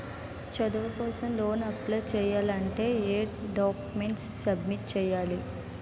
చదువు కోసం loan apply చేయాలి అంటే ఎం డాక్యుమెంట్స్ సబ్మిట్ చేయాలి?